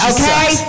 Okay